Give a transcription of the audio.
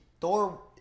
Thor